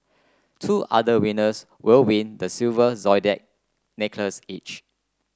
two other winners will win the silver zodiac necklace each